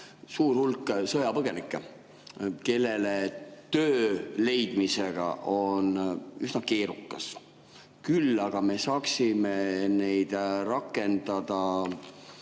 suur hulk sõjapõgenikke, kellele töö leidmine on üsna keerukas, küll aga me saaksime neid rakendada